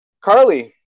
Carly